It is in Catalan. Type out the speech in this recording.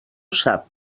sap